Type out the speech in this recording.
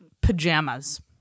pajamas